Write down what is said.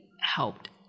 helped